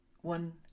one